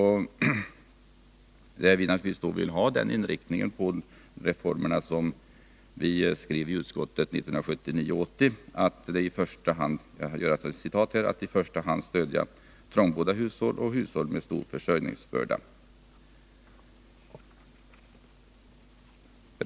Vi vill naturligtvis att reformerna skall få en inriktning som syftar till ”att i första hand stödja trångbodda hushåll och hushåll med stor försörjningsbörda”. Detta skrev utskottet vid 1979/80 års riksmöte.